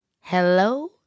Hello